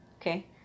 okay